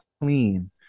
clean